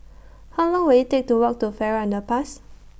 How Long Will IT Take to Walk to Farrer Underpass